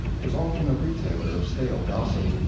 was often a retailer of stale gossip,